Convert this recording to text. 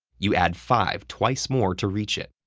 you add five twice more to reach it.